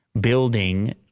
building